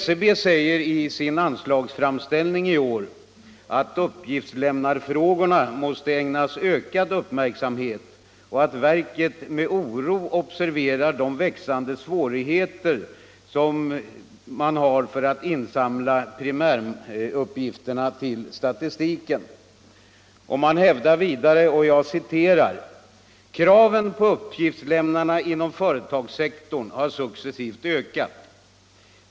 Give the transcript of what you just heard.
SCB säger i sin anslagsframställning i år att uppgiftslämnarfrågorna måste ägnas ökad uppmärksamhet och att verket med oro observerar de växande svårigheterna att insamla primäruppgifter till statistiken. Man hävdar vidare: ”Kraven på uppgiftslämnarna inom företagssektorn har successivt ökat.